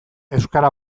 euskara